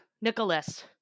Nicholas